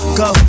go